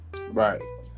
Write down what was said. Right